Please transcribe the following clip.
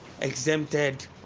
exempted